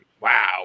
wow